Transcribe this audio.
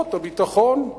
כוחות הביטחון.